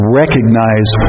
recognize